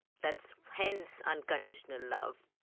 that's hence unconditional love.